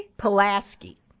Pulaski